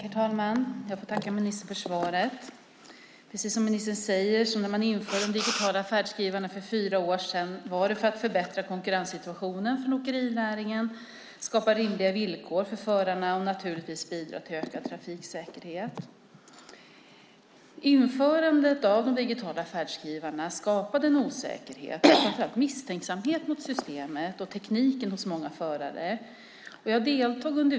Herr talman! Jag får tacka ministern för svaret. När man för fyra år sedan införde digitala färdskrivare gjordes det, precis som ministern säger, för att förbättra konkurrenssituationen för åkerinäringen, för att skapa rimliga villkor för förarna och, naturligtvis, för att bidra till en ökad trafiksäkerhet. Men införandet av digitala färdskrivare skapade en osäkerhet och framför allt en misstänksamhet hos många förare gentemot systemet och tekniken.